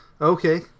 Okay